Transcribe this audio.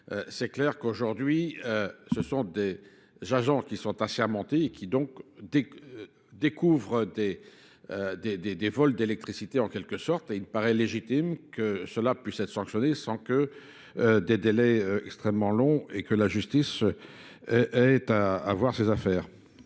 c'est clair qu'aujourd'hui ce sont des agents qui sont assiamentés et qui donc découvrent des vols d'électricité en quelque sorte et il paraît légitime que cela puisse être sanctionné sans que des délais extrêmement longs et que la justice ait à voir ses affaires.